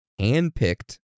handpicked